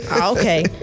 Okay